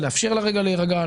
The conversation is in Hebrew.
לאפשר לה להירגע לרגע,